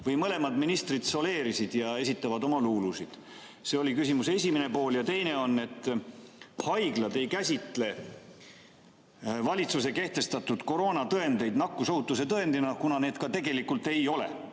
või mõlemad ministrid soleerisid ja esitavad oma luulusid? See oli küsimuse esimene pool. Teine [pool] on, et haiglad ei käsitle valitsuse kehtestatud koroonatõendeid nakkusohutuse tõendina, kuna need tegelikult ei ole